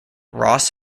ross